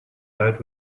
died